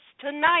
tonight